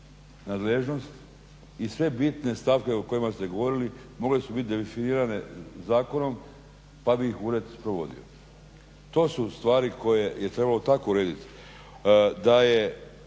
i sve bitne stavke o kojima ste govorili mogle su biti definirane zakonom pa bi ih ured provodio. To su stvari koje je trebalo tako urediti da je